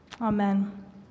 Amen